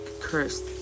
cursed